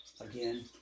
Again